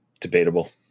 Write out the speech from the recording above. Debatable